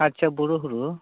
ᱟᱪᱪᱷᱟ ᱵᱚᱨᱚ ᱦᱩᱲᱩ